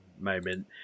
moment